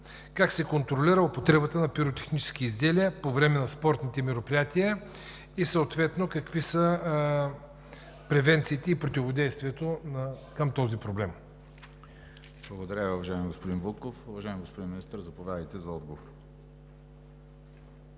как се контролира употребата на пиротехнически изделия по време на спортните мероприятия и какви са превенциите и противодействието към този проблем? ПРЕДСЕДАТЕЛ ВЕСЕЛИН МАРЕШКИ: Благодаря Ви, уважаеми господин Вълков. Уважаеми господин Министър, заповядайте за отговор.